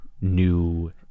new